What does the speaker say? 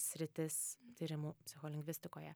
sritis tyrimų psicholingvistikoje